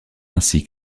ainsi